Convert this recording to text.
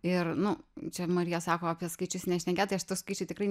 ir nu čia marija sako apie skaičius nešnekėt tai aš tų skaičių tikrai